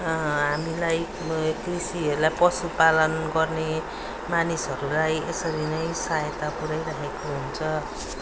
हामीलाई कृषिहरूलाई पशु पालन गर्ने मानिसहरूलाई यसरी नै सहायता पुऱ्याइरहेको हुन्छ